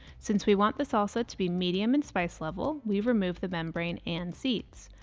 since we want the salsa to be medium in spice level, we remove the membrane and seeds.